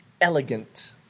elegant